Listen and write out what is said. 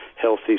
healthy